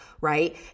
right